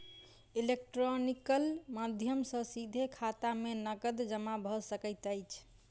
electronical माध्यम सॅ सीधे खाता में नकद जमा भ सकैत अछि